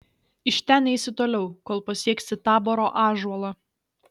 iš ten eisi toliau kol pasieksi taboro ąžuolą